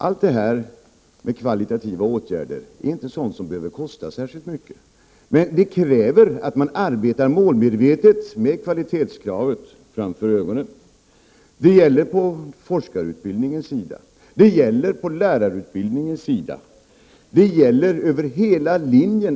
Alla dessa kvalitativa åtgärder behöver inte kosta så särskilt mycket. Men det krävs att man arbetar målmedvetet med kvalitetskravet framför ögonen. Det gäller att slå fast kvalitetskraven på forskarutbildningens sida, på lärarutbildningens sida och över hela linjen.